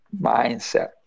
mindset